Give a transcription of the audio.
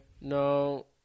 No